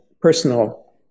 personal